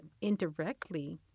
indirectly